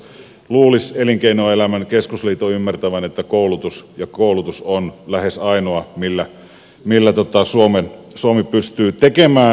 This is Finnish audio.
luulisi elinkeinoelämän keskusliiton ymmärtävän että koulutus on lähes ainoa millä suomi pystyy tekemään asioita